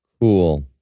Cool